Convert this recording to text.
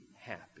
happy